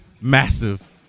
massive